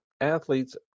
athletes